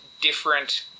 different